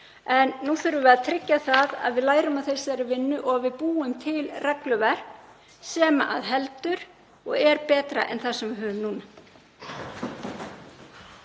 En nú þurfum við að tryggja það að við lærum af þessari vinnu og við búum til regluverk sem heldur og er betra en það sem við höfum núna.